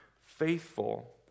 faithful